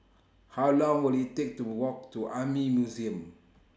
How Long Will IT Take to Walk to Army Museum